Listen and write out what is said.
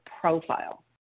profile